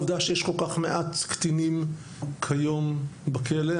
העובדה שיש כל כך מעט קטינים היום בכלא?